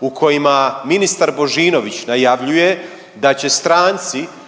u kojima ministar Božinović najavljuje da će stranci